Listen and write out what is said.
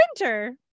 Winter